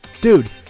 dude